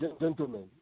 gentlemen